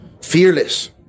Fearless